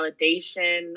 validation